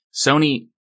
Sony